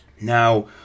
Now